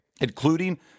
including